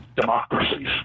democracies